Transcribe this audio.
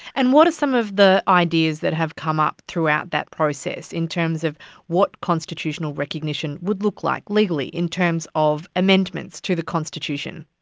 and what are some of the ideas that have come up throughout that process in terms of what constitutional recognition would look like legally in terms of amendments to the constitution?